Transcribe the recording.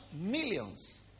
millions